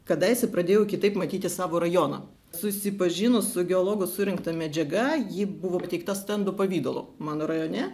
kadaise pradėjau kitaip matyti savo rajoną susipažinus su geologų surinkta medžiaga ji buvo pateikta stendų pavidalu mano rajone